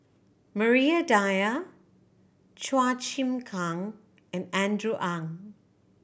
Maria Dyer Chua Chim Kang and Andrew Ang